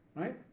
right